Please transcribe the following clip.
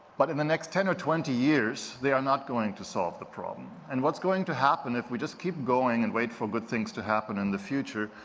but in the next ten or twenty years, they are not going to solve the problem. and what's going to happen if we just keep going and wait for good things to happen in the future,